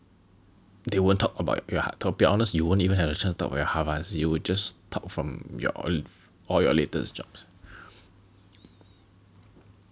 they won't talk about your Har~ to be honest you won't even have the chance to talk about your Harvest you would just talk from your all your latest jobs